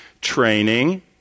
training